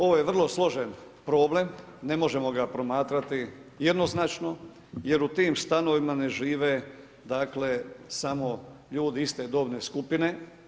Ovo je vrlo složen problem, ne možemo ga promatrati jednoznačno jer u tim stanovima ne žive samo ljudi iste dobne skupine.